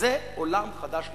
זה עולם חדש לגמרי.